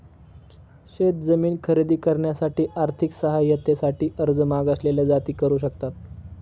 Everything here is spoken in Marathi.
शेत जमीन खरेदी करण्यासाठी आर्थिक सहाय्यते साठी अर्ज मागासलेल्या जाती करू शकतात